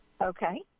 Okay